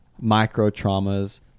micro-traumas